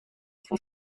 for